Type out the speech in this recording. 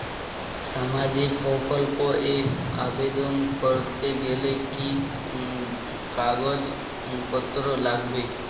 সামাজিক প্রকল্প এ আবেদন করতে গেলে কি কাগজ পত্র লাগবে?